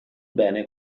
bene